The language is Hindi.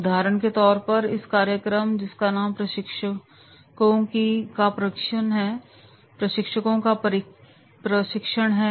उदाहरण के तौर पर इस कार्यक्रम जिसका नाम प्रशिक्षकों का प्रशिक्षण है